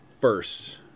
first